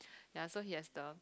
ya so he has the